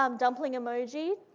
um dumpling emoji,